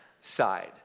side